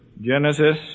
Genesis